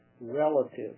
relative